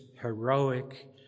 heroic